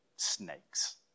snakes